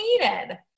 needed